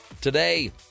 Today